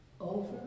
over